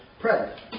present